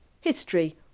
history